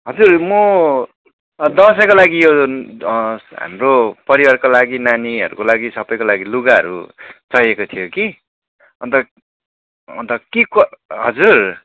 हजुर म दसैँको लागि यो हाम्रो परिवारको लागि नानीहरूको लागि सबैको लागि लुगाहरू चाहिएको थियो कि अन्त अन्त के के हजुर